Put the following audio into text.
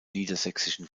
niedersächsischen